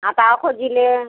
आता आफत आली